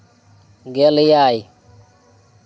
ᱜᱮᱞ ᱮᱭᱟᱭ